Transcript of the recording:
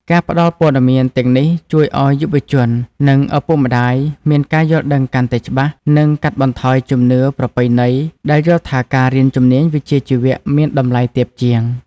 ការផ្តល់ព័ត៌មានទាំងនេះជួយឱ្យយុវជននិងឪពុកម្តាយមានការយល់ដឹងកាន់តែច្បាស់ និងកាត់បន្ថយជំនឿប្រពៃណីដែលយល់ថាការរៀនជំនាញវិជ្ជាជីវៈមានតម្លៃទាបជាង។